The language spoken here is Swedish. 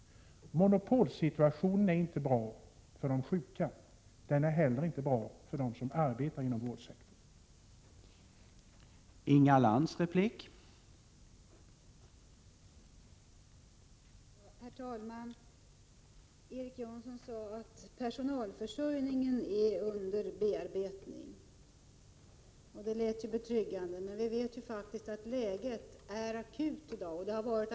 Monopolsituationen är inte bra för de sjuka. Den är heller inte bra för dem som arbetar inom vårdsektorn.